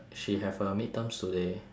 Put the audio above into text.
she have her midterms today